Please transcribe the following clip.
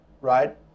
right